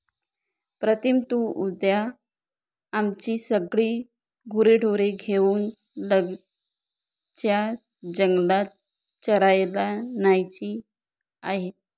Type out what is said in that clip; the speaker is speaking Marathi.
प्रीतम तू उद्या आमची सगळी गुरेढोरे घेऊन लगतच्या जंगलात चरायला न्यायची आहेत